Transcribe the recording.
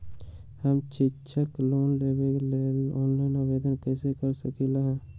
हम शैक्षिक लोन लेबे लेल ऑनलाइन आवेदन कैसे कर सकली ह?